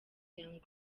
young